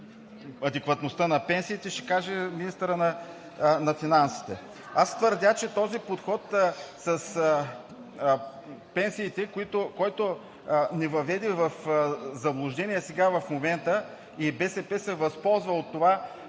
адекватността на пенсиите, ще каже министърът на финансите. Аз твърдя, че този подход с пенсиите, който ни въведе в заблуждение сега, в момента, и БСП се възползва от това,